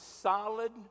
solid